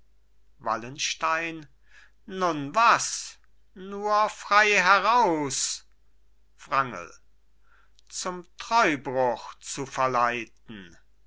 wallenstein nun was nur frei heraus wrangel zum treubruch zu verleiten